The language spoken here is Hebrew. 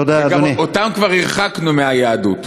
אותם כבר הרחקנו מהיהדות.